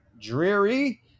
dreary